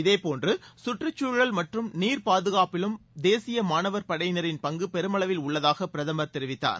இதே போன்று கற்றுச்சூழல் மற்றும் நீர் பாதுகாப்பிலும் தேசிய மாணவர் படையினர் பங்கு பெருமளவில் உள்ளதாக பிரதமர் தெரிவித்தார்